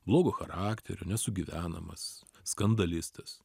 blogo charakterio nesugyvenamas skandalistas